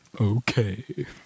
Okay